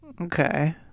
Okay